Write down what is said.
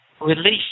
release